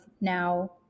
now